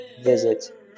visit